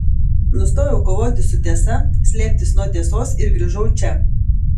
nustojau kovoti su tiesa slėptis nuo tiesos ir grįžau čia